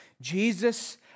Jesus